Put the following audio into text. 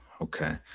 Okay